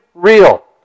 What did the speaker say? real